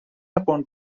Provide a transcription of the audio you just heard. upon